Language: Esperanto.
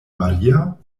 maria